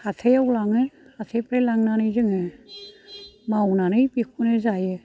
हाथायाव लाङो हाथायनिफ्राय लांनानै जोङो मावनानै बिखौनो जायो